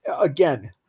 Again